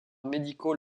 médicaux